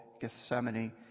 Gethsemane